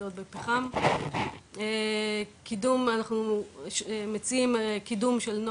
במצב פחות טוב ממה שאנחנו נמצאים כרגע.